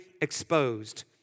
exposed